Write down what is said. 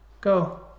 Go